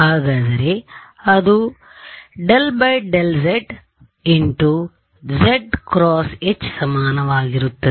ಹಾಗಾದರೆ ಅದು ∂ ∂z zˆ × H ಸಮನಾಗಿರುತ್ತದೆ